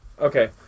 Okay